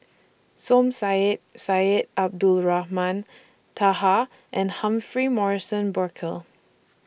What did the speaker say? Som Said Syed Abdulrahman Taha and Humphrey Morrison Burkill